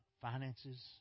finances